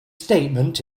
statement